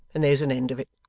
and there's an end of it